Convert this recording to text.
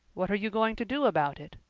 what are you going to do about it?